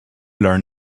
learn